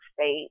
state